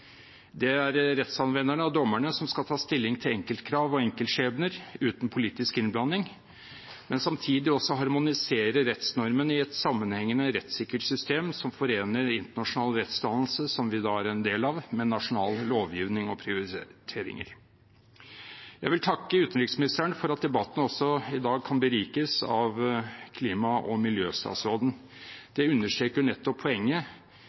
Det er rettsanvenderne og dommerne som skal ta stilling til enkeltkrav og enkeltskjebner uten politisk innblanding, men samtidig også harmonisere rettsnormene i et sammenhengende, rettssikkert system som forener internasjonal rettsdannelse – som vi da er en del av – med nasjonal lovgivning og prioriteringer. Jeg vil takke utenriksministeren for at debatten i dag kan berikes av klima- og miljøstatsråden. Det understreker nettopp poenget